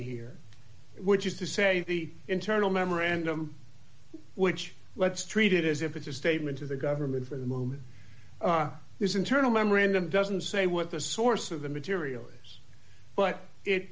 here which is to say the internal memorandum which let's treat it as if it's a statement to the government for the moment is internal memorandum doesn't say what the source of the material is but it